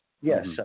Yes